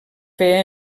feia